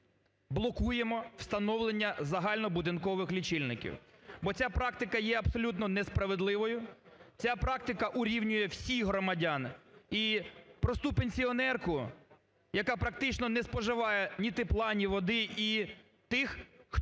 блокуємо встановлення загальнобудинкових лічильників. Бо ця практика є абсолютно несправедливою, ця практика урівнює всіх громадян і просту пенсіонерку, яка практично не споживає ні тепла, ні води і тих, хто